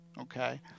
okay